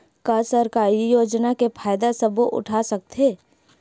का सरकारी योजना के फ़ायदा सबो उठा सकथे?